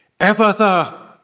Ephatha